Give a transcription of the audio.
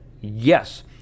yes